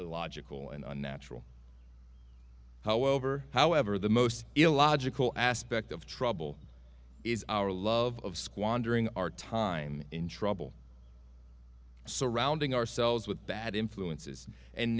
logical and unnatural however however the most illogical aspect of trouble is our love of squandering our time in trouble surrounding ourselves with bad influences and